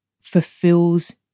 fulfills